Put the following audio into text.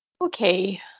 Okay